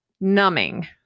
numbing